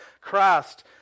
Christ